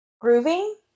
grooving